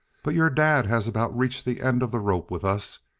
but your dad has about reached the end of the rope with us.